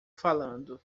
falando